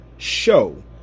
show